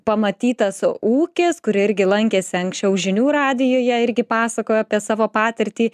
pamatytas ūkis kur irgi lankėsi anksčiau žinių radijuje irgi pasakojo apie savo patirtį